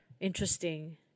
interesting